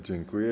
Dziękuję.